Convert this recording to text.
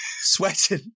Sweating